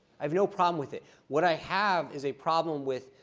i have no problem with it. what i have is a problem with,